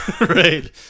right